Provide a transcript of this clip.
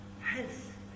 health